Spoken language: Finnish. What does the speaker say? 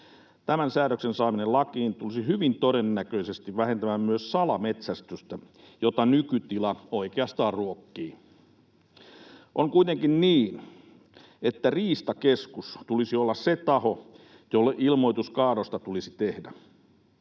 Tämän säädöksen saaminen lakiin tulisi hyvin todennäköisesti vähentämään myös salametsästystä, jota nykytila oikeastaan ruokkii. On kuitenkin niin, että Riistakeskuksen tulisi olla se taho, jolle ilmoitus kaadosta tulisi tehdä.